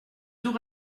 tour